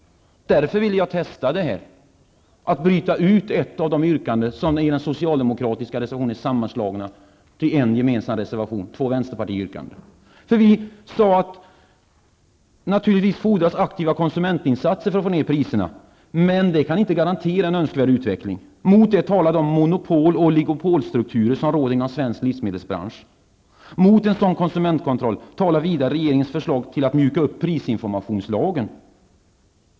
Därför vill jag testa att bryta ut ett av de båda vänsterpartiyrkanden som är sammanslagna i den socialdemokratiska reservationen. Naturligtvis fordras aktiva konsumentinsatser för att få ned priserna, sade vi, men det kan inte garantera en önskvärd utveckling. Mot det talar de monopol och oligopolstrukturer som råder inom den svenska livsmedelsbranschen. Mot en sådan konsumentkontroll talar vidare regeringens förslag att mjuka upp prisinformationslagen.